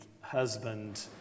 husband